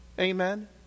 Amen